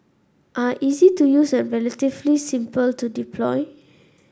are easy to use and relatively simple to deploy